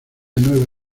nueva